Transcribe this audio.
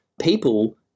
people